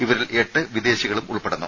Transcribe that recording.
ഇവരിൽ എട്ട് വിദേശികളും ഉൾപ്പെടുന്നു